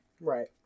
Right